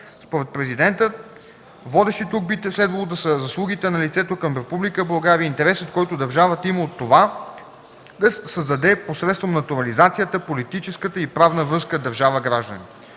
Според Президента водещи тук би следвало да са заслугите на лицето към Република България и интересът, който държавата има от това да създаде посредством натурализацията политическата и правна връзка държава-гражданин.